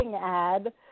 ad